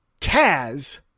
Taz